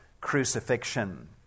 crucifixion